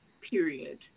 Period